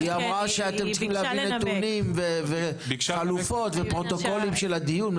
היא אמרה שאתם צריכים להביא נתונים וחלופות ופרוטוקולים של הדיון,